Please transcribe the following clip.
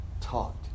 taught